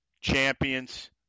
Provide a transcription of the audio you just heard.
champions